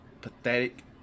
Pathetic